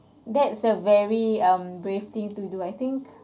that's a very um brave thing to do I think